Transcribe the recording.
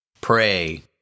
Pray